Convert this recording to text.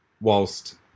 whilst